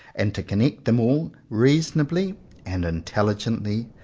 and to connect them all reasonably and intelligently,